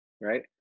Right